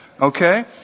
Okay